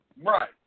Right